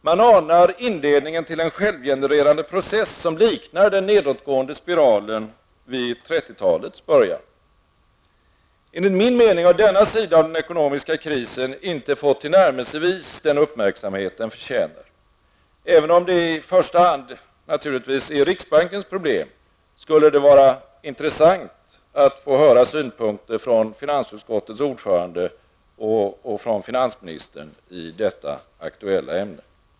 Man anar inledningen till en självgenererande process, som liknar den nedåtgående spiralen vid 30-talets början. Enligt min mening har denna sida av den ekonomiska krisen inte fått tillnärmelsevis den uppmärksamhet den förtjänar. Även om det i första hand naturligtvis är riksbankens problem, skulle det vara intressant att få höra synpunkter från finansutskottets ordförande och finansministern i detta aktuella ämne.